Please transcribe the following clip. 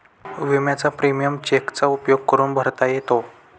विम्याचा प्रीमियम चेकचा उपयोग करून भरता येतो